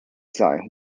site